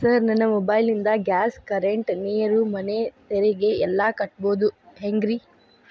Sir ನನ್ನ mobile ನಿಂದ gas, current, ನೇರು, ಮನೆ ತೆರಿಗೆ ಎಲ್ಲಾ ಕಟ್ಟೋದು ಹೆಂಗ್ರಿ?